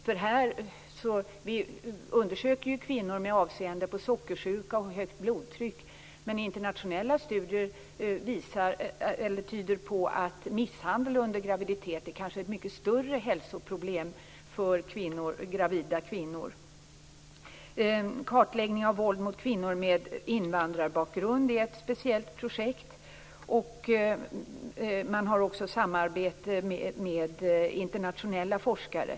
Kvinnor undersöks med avseende på sockersjuka och högt blodtryck, men internationella studier visar att misshandel under graviditeten är ett större hälsoproblem för gravida kvinnor. En kartläggning av våld mot kvinnor med invandrarbakgrund är ett speciellt projekt. Det sker ett samarbete med internationella forskare.